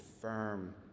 firm